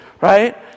right